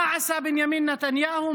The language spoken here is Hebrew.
מה עשה בנימין נתניהו?